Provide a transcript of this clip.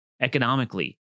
economically